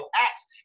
Acts